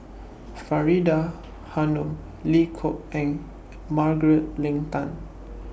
Faridah Hanum Lim Kok Ann Margaret Leng Tan